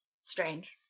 strange